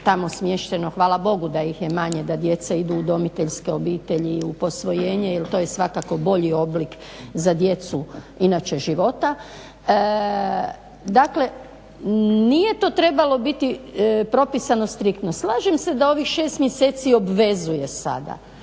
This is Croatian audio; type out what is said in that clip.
hvala Bogu da ih je manje da djeca idu u udomiteljske obitelji, u posvojenje jer to je svakako bolji oblik za djecu inače života. Dakle, nije to trebalo biti propisano striktno. Slažem se da ovih 6 mjeseci obvezuje sada,